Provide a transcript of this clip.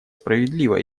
справедливо